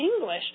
English